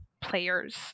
players